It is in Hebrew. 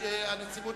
תשאל: מי נמנע?